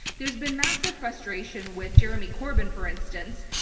there's been massive frustration with jeremy corbyn, for instance,